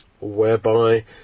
whereby